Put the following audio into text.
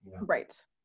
Right